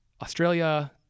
Australia